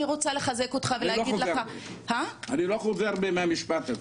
אני רוצה לחזק אותך ולהגיד לך --- אני לא חווה הרבה מהמשפט הזה.